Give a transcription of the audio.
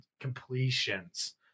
completions